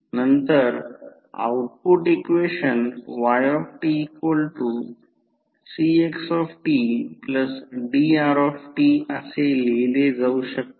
नंतर output equation ytcxtdrtअसे लिहिले जाऊ शकते